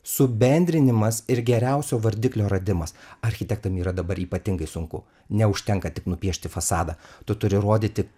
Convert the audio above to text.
subendrinimas ir geriausio vardiklio radimas architektam yra dabar ypatingai sunku neužtenka tik nupiešti fasadą tu turi rodyti